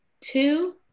Two